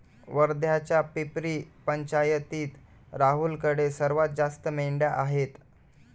वर्ध्याच्या पिपरी पंचायतीत राहुलकडे सर्वात जास्त मेंढ्या आहेत